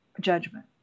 judgment